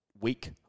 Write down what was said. week